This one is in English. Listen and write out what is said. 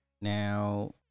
now